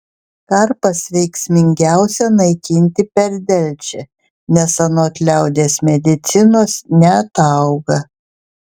karpas veiksmingiausia naikinti per delčią nes anot liaudies medicinos neatauga